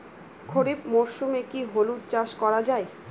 খরিফ মরশুমে কি হলুদ চাস করা য়ায়?